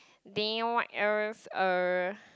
then what else uh